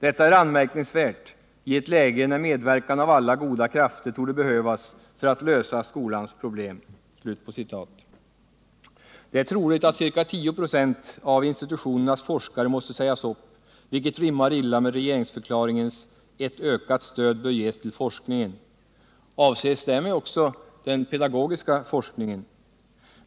Detta är anmärkningsvärt i ett läge när medverkan av alla goda krafter torde behövas för att lösa skolans problem.” Det är troligt att ca 10 26 av institutionernas forskare måste sägas upp, vilket rimmar illa med regeringsförklaringens ord om att ett ökat stöd bör ges till forskningen. Avses därmed också den pedagogiska forskningen?